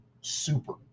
super